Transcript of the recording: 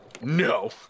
No